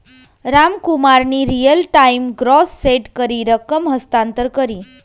रामकुमारनी real time gross set करी रकम हस्तांतर करी